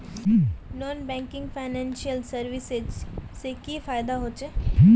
Non banking financial services से की फायदा होचे?